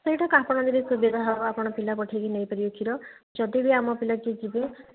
ସେଇଟା କ ଆପଣ ଯଦି ସୁବିଧା ହେବ ଆପଣ ପିଲା ପଠାଇକି ନେଇପାରିବେ କ୍ଷୀର ଯଦି ବି ଆମ ପିଲା କିଏ ଯିବେ